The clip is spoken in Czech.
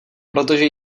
protože